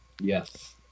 Yes